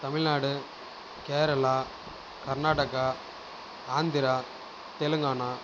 Tamil Nadu Kerala Karnataka Andhra Telangana